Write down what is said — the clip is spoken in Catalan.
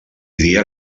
dia